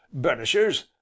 burnishers